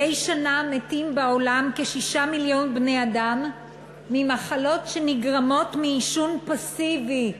מדי שנה מתים בעולם כ-6 מיליון בני-אדם ממחלות שנגרמות מעישון פסיבי,